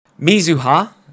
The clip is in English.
Mizuha